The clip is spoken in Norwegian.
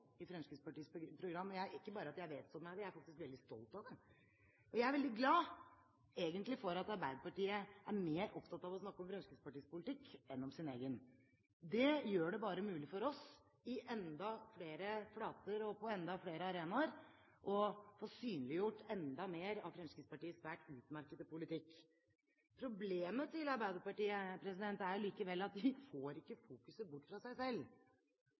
Fremskrittspartiets program – jeg ikke bare vedstår meg det, jeg er faktisk veldig stolt av det. Og jeg er egentlig veldig glad for at Arbeiderpartiet er mer opptatt av å snakke om Fremskrittspartiets politikk enn om sin egen. Det gjør det bare mulig for oss på enda flere flater og på enda flere arenaer å få synliggjort enda mer av Fremskrittspartiets svært utmerkede politikk. Problemet til Arbeiderpartiet er allikevel at de ikke får fokuset bort fra seg selv,